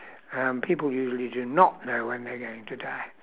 um people usually do not know when they are going to die